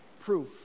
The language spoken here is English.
proof